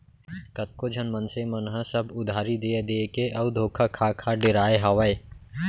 कतको झन मनसे मन ह सब उधारी देय देय के अउ धोखा खा खा डेराय हावय